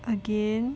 again